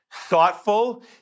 thoughtful